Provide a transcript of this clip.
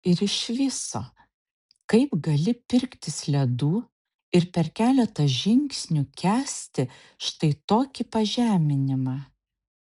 ir iš viso kaip gali pirktis ledų ir per keletą žingsnių kęsti štai tokį pažeminimą